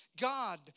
God